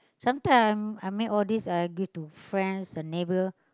sometime I made all these I give to friends and neighbour